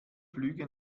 flüge